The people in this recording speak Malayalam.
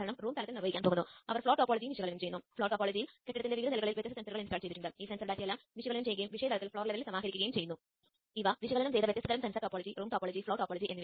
ഇത് അടിസ്ഥാനപരമായി ഈ XCTU കോൺഫിഗറേഷൻ വിൻഡോയാണ് ചെയ്യാവുന്നതാണ്